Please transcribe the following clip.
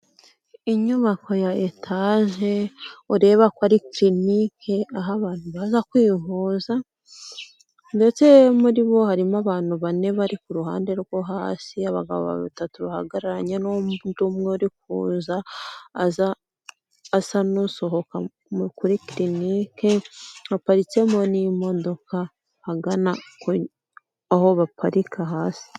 Inyubako ya etaje ureba ko ari kirinike, aho abantu baza kwivuza, ndetse muri bo harimo abantu bane bari ku ruhande rwo hasi, abagabo batatu bahagararanye n'undi umwe uri kuza, aza asa n'usohoka kuri kirinike, haparitsemo n'imodoka ahagana aho baparika hasi.